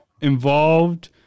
involved